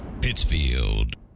pittsfield